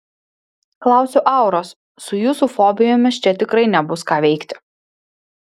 klausiu auros su jūsų fobijomis čia tikrai nebus ką veikti